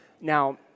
Now